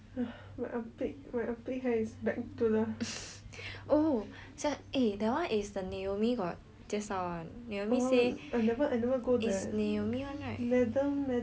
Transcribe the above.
oh that [one] is the naomi got 介绍 [one] naomi say is naomi [one] right